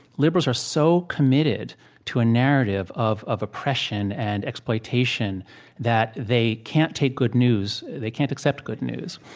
liberals are so committed to a narrative of of oppression and exploitation that they can't take good news, they can't accept good news.